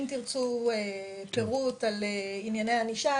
אם תרצו פירוט על ענייני הענישה,